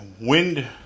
Wind